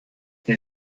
der